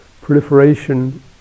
Proliferation